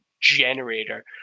generator